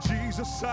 Jesus